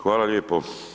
Hvala lijepo.